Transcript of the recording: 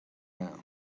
now